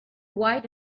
white